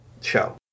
show